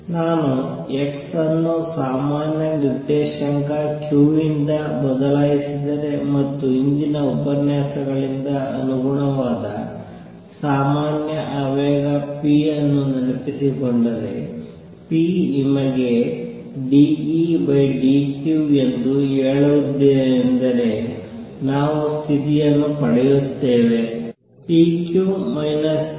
ನಾನು x ಅನ್ನು ಸಾಮಾನ್ಯ ನಿರ್ದೇಶಾಂಕ q ಯಿಂದ ಬದಲಾಯಿಸಿದರೆ ಮತ್ತು ಹಿಂದಿನ ಉಪನ್ಯಾಸಗಳಿಂದ ಅನುಗುಣವಾದ ಸಾಮಾನ್ಯ ಆವೇಗ p ಅನ್ನು ನೆನಪಿಸಿಕೊಂಡರೆ p ನಿಮಗೆ d Ed q ಎಂದು ಹೇಳಿದ್ದೇನೆಂದರೆ ನಾವು ಸ್ಥಿತಿಯನ್ನು ಪಡೆಯುತ್ತೇವೆ